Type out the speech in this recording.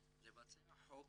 לבצע חוק